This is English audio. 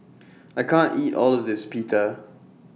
I can't eat All of This Pita